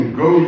go